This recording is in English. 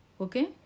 Okay